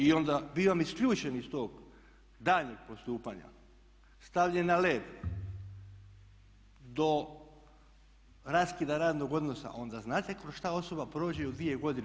I onda bivam isključen iz tog daljnjeg postupanja, stavljen na led do raskida radnog odnosa, onda znate kroz šta osoba prođe u dvije godine.